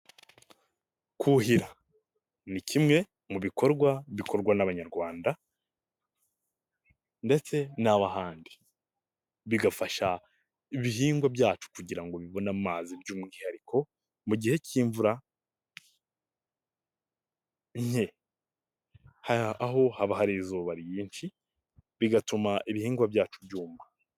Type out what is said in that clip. Kuhira ni kimwe mu bikorwa bikorwa n'Abanyarwanda ndetse n'ab'ahandi, bigafasha ibihingwa byacu kugira ngo bibone amazi by'umwihariko mu gihe cy'imvura nke, aho haba hari izuba ryinshi bigatuma ibihingwa byacu byuma.